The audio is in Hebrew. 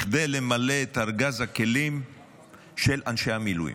כדי למלא את ארגז הכלים של אנשי המילואים.